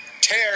tear